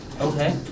Okay